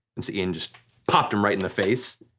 and so ian just popped him right in the face.